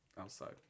outside